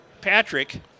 Patrick